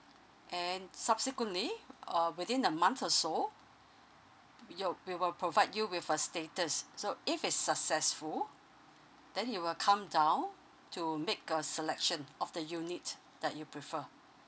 and subsequently uh within a month or so you we will provide you with a status so if it's successful then you will come down to make a selection of the unit that you prefer